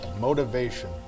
motivation